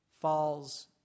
falls